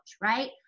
right